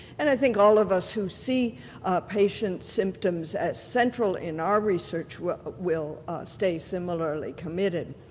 and i think all of us who see patient symptoms as central in our research will stay similarly committed.